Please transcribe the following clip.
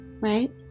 right